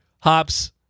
Hops